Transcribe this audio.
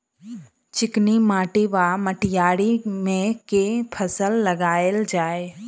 चिकनी माटि वा मटीयारी मे केँ फसल लगाएल जाए?